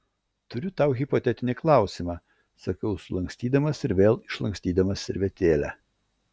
turiu tau hipotetinį klausimą sakau sulankstydamas ir vėl išlankstydamas servetėlę